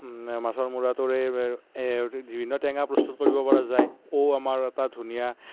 মাছৰ মূৰাটোৰে বিভিন্ন টেঙা প্ৰস্তুত কৰিব পৰা যায় ঔ আমাৰ এটা ধুনীয়া